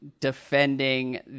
defending